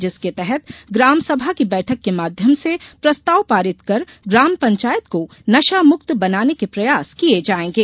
जिसके तहत ग्राम सभा की बैठक के माध्यम से प्रस्ताव पारित कर ग्राम पंचायत को नशामुक्त बनाने के प्रयास किये जायेंगे